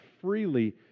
freely